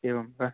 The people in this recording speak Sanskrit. एवं वा